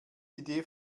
die